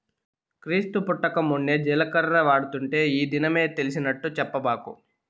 క్రీస్తు పుట్టకమున్నే జీలకర్ర వాడుతుంటే ఈ దినమే తెలిసినట్టు చెప్పబాకు